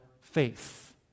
faith